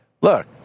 look